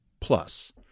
plus